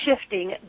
shifting